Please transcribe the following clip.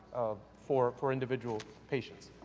for for individual patients?